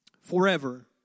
forever